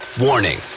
Warning